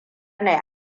na